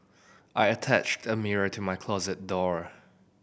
I attached a mirror to my closet door